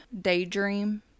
Daydream